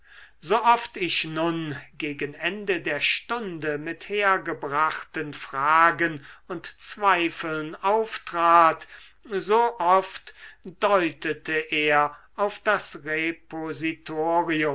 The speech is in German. so oft ich nun gegen ende der stunde mit hergebrachten fragen und zweifeln auftrat so oft deutete er auf das